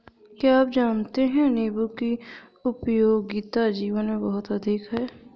क्या आप जानते है नीबू की उपयोगिता जीवन में बहुत अधिक है